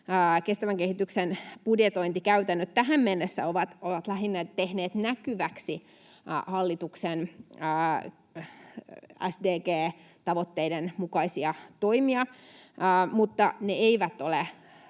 kestävän kehityksen budjetointikäytännöt ovat tähän mennessä lähinnä tehneet näkyväksi hallituksen SDG-tavoitteiden mukaisia toimia, mutta ne eivät ole